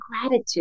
gratitude